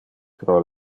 pro